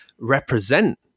represent